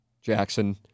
Jackson